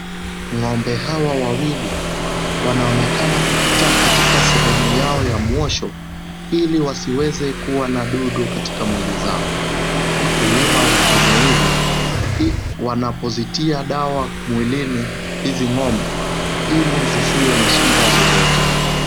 Ng'ombe hawa wawili wanaonekana kupita katika sehemu yao ya muosho ili wasiweze kuwa na dudu katika mwili zao. Wakulima hufanya hivi wanapozitia dawa mwilini hizi ng'ombe ili zisiwe na shida zozote.